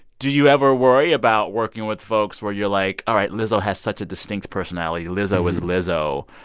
do you ever worry about working with folks where you're like, all right, lizzo has such a distinct personality. lizzo is lizzo.